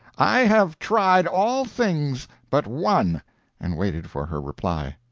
i have tried all things but one and waited for her reply.